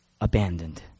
abandoned